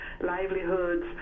livelihoods